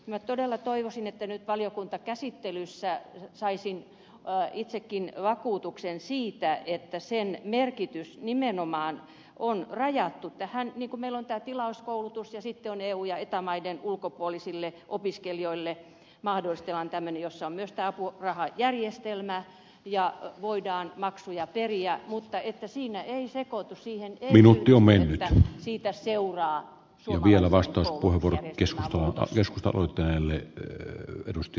minä todella toivoisin että nyt valiokuntakäsittelyssä saisin itsekin vakuutuksen siitä että sen merkitys nimenomaan on rajattu tähän että meillä on tämä tilauskoulutus ja sitten eu ja eta maiden ulkopuolisille opiskelijoille mahdollistetaan tämmöinen että on myös tämä apurahajärjestelmä ja voidaan maksuja periä mutta että siitä ei seuraa suomalaisen koulutusjärjestelmän muutos